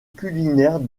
culinaire